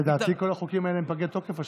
לדעתי כל החוקים האלה הם פגי תוקף השבוע.